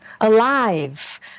alive